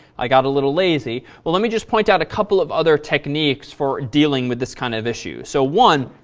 i got a little lazy. well, let me just point out a couple of other techniques for dealing with this kind of issue. so one,